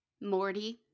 Morty